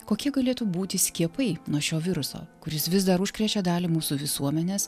kokie galėtų būti skiepai nuo šio viruso kuris vis dar užkrečia dalį mūsų visuomenės